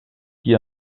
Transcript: qui